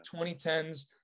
2010s